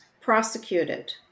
prosecuted